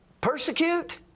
persecute